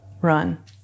Run